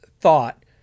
thought